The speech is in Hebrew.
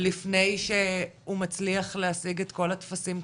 לפני שהוא מצליח להשיג את כל הטפסים,